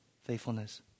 faithfulness